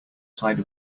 side